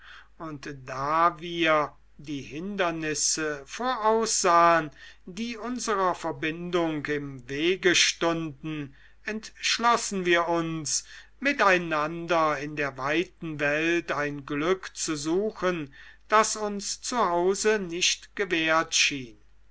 und da wir die hindernisse voraussahen die unserer verbindung im wege standen entschlossen wir uns miteinander in der weiten welt ein glück zu suchen das uns zu hause nicht gewährt schien